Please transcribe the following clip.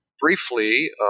briefly